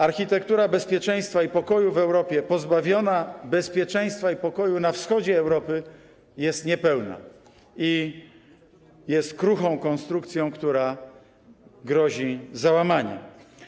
Architektura bezpieczeństwa i pokoju w Europie pozbawiona bezpieczeństwa i pokoju na wschodzie Europy jest niepełna, jest kruchą konstrukcją, która grozi załamaniem.